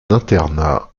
internat